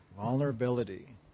vulnerability